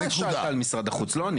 אתה שאלת על משרד החוץ, לא אני.